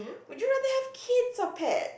would you rather have kids or pet